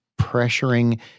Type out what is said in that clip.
pressuring